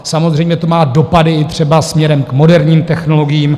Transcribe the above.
Samozřejmě to má dopady i třeba směrem k moderním technologiím.